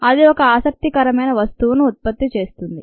అది ఒక ఆసక్తి కరమైన వస్తువును ఉత్పత్తి చేస్తుంది